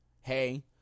Hey